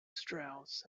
strauss